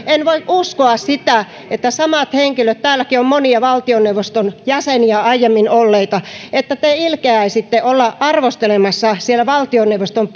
en voi uskoa sitä että te samat henkilöt täälläkin on on monia valtioneuvoston jäsenenä aiemmin olleita ilkeäisitte olla arvostelemassa siellä valtioneuvoston